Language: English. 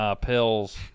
pills